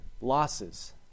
losses